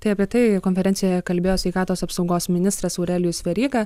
tai apie tai konferencijoje kalbėjo sveikatos apsaugos ministras aurelijus veryga